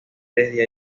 desde